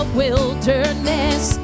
wilderness